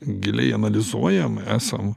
giliai analizuojam esam